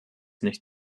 nicht